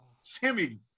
Sammy